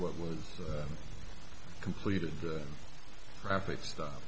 what was completed the traffic stop